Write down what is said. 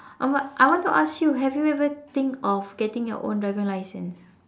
oh I want to ask you have you ever think of getting your own driving license